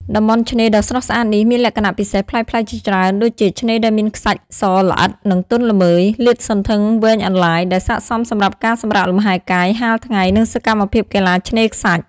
តំបន់ឆ្នេរដ៏ស្រស់ស្អាតនេះមានលក្ខណៈពិសេសប្លែកៗជាច្រើនដូចជា ឆ្នេរដែលមាន ខ្សាច់សល្អិត និងទន់ល្មើយ លាតសន្ធឹងវែងអន្លាយ ដែលស័ក្តិសមសម្រាប់ការសម្រាកលំហែកាយ ហាលថ្ងៃ និងសកម្មភាពកីឡាឆ្នេរខ្សាច់។